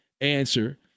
answer